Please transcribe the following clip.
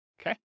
Okay